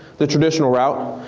the traditional route,